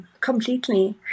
completely